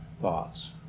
thoughts